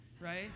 right